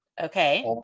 Okay